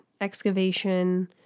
excavation